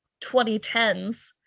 2010s